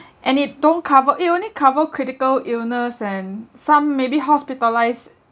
and it don't cover it only cover critical illness and some maybe hospitalise